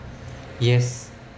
yes